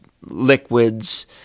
liquids